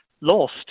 lost